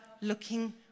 looking